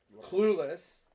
Clueless